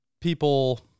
people